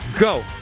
go